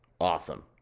awesome